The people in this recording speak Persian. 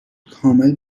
کامل